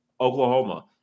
Oklahoma